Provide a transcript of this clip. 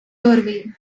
doorway